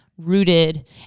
rooted